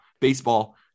Baseball